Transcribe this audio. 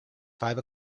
five